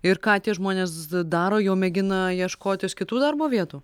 ir ką tie žmonės daro jau mėgina ieškotis kitų darbo vietų